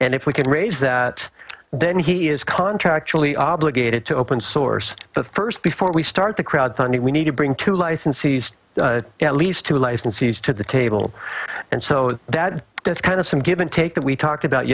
and if we can raise that then he is contract surely obligated to open source but first before we start the crowdfunding we need to bring to licensees at least two licensees to the table and so that that's kind of some give and take that we talked about